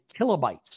kilobytes